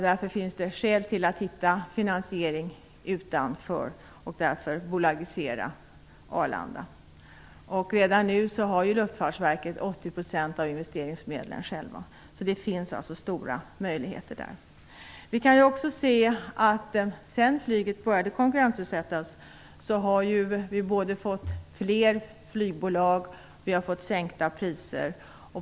Därför finns det skäl att hitta en finansiering utanför och av det skälet bolagisera Arlanda. Redan nu har Luftfartsverket självt 80 % av investeringsmedlen. Det finns alltså stora möjligheter. Sedan flyget började att konkurrensutsättas har vi fått både fler flygbolag och sänkta priser.